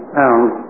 pounds